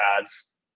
ads